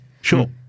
Sure